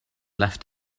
left